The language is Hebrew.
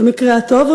במקרה הטוב,